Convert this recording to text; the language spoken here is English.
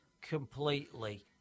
completely